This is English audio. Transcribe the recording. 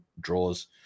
draws